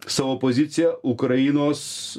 savo poziciją ukrainos